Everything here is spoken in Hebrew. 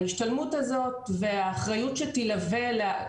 ההשתלמות הזאת והאחריות שתילווה אליה,